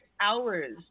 hours